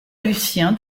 lucien